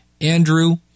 Andrew